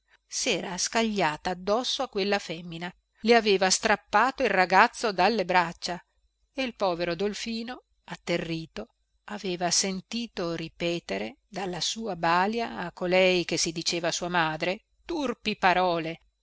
sera scagliata addosso a quella femmina le aveva strappato il ragazzo dalle braccia e il povero dolfino atterrito aveva sentito ripetere dalla sua balia a colei che si diceva sua madre turpi parole